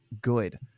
good